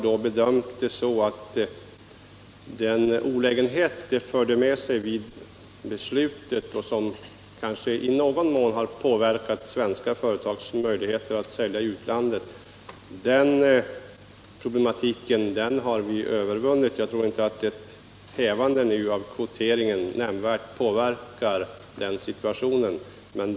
De olägenheter som kvoterna till att börja med förde med sig och som kanske i någon mån har påverkat svenska företags möjligheter att sälja i utlandet har nu övervunnits. Ett hävande i dag av kvoterna torde inte nämnvärt förändra situationen.